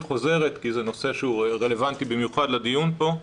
חוזרת כי זה נושא שהוא רלוונטי במיוחד לדיון פה.